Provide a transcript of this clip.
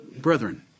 Brethren